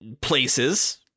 places